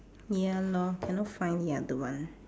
ya lor cannot find the other one